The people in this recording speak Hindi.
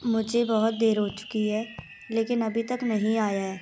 मुझे बहुत देर हो चुकी है लेकिन अभी तक नहीं आया है